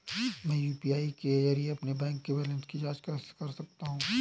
मैं यू.पी.आई के जरिए अपने बैंक बैलेंस की जाँच कैसे कर सकता हूँ?